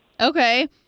Okay